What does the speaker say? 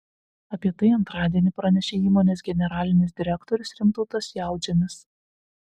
apie tai antradienį pranešė įmonės generalinis direktorius rimtautas jautžemis